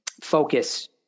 focus